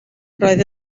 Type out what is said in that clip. roedd